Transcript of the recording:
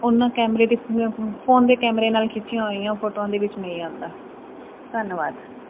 ਉਹਨਾਂ ਕੈਮਰੇ ਦੇ ਫੋਨ ਦੇ ਕੈਮਰੇ ਨਾਲ ਖਿੱਚੀਆਂ ਹੋਈਆਂ ਫੋਟੋਆਂ ਦੇ ਵਿੱਚ ਨਹੀਂ ਆਉਂਦਾ ਧੰਨਵਾਦ